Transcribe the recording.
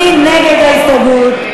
מי נגד ההסתייגות?